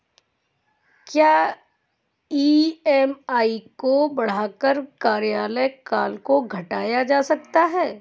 क्या ई.एम.आई को बढ़ाकर कार्यकाल को घटाया जा सकता है?